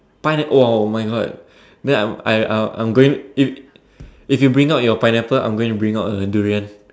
pineapple !wow! [oh]-my-God then I'm I I I'll I'm going if if you bring out your pineapple I'm gonna bring out a durian